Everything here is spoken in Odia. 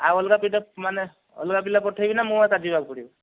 ଆଉ ଅଲଗା ପିଲା ମାନେ ଅଲଗା ପିଲା ପଠେଇବି ନା ମୁଁ ଏକା ଯିବାକୁ ପଡ଼ିବ